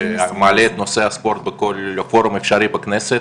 שמעלה את נושא הספורט בכל פורום אפשרי בכנסת.